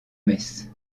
messes